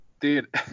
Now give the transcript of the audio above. Dude